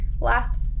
last